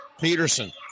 Peterson